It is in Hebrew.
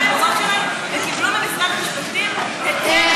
קיבלו ממשרד המשפטים היתר,